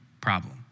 problem